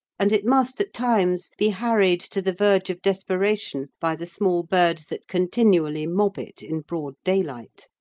and it must at times be harried to the verge of desperation by the small birds that continually mob it in broad daylight.